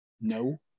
no